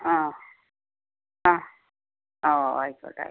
ആ ആ ആ ഓ ആയിക്കോട്ടെ ആയിക്കോട്ടെ